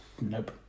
Nope